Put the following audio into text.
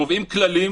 קובעים כללים